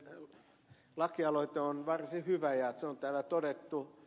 seurujärven lakialoite on varsin hyvä ja se on täällä todettu